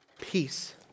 peace